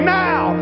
now